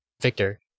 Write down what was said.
Victor